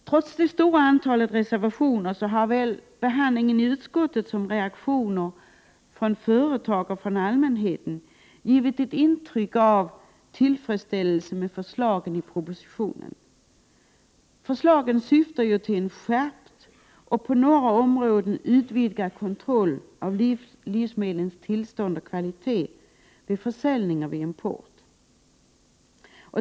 Trots det stora antalet reservationer har såväl behandlingen i utskottet som reaktioner från företag och allmänhet givit ett intryck av tillfredsställelse med förslagen i propositionen. Förslagen syftar ju till en skärpt och på några områden utvidgad kontroll av livsmedlens tillstånd och kvalitet vid försäljning och import.